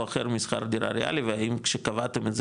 או אחר משכר דירה ריאלי והאם כשקבעתם את זה